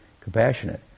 compassionate